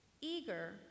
eager